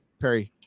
Perry